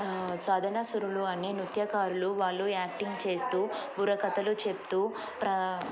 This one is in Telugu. సాధనసుురులు అని నృత్యకారులు వాళ్ళు యాక్టింగ్ చేస్తూ కథలు చెప్తూ ప్ర